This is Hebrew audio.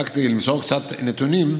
רק כדי למסור קצת נתונים,